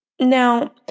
Now